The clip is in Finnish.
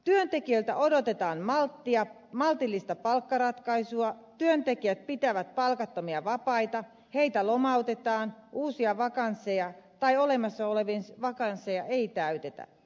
työntekijöiltä odotetaan maltillista palkkaratkaisua työntekijät pitävät palkattomia vapaita heitä lomautetaan uusia vakansseja tai olemassa olevia vakansseja ei täytetä